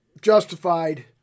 Justified